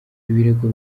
ibirego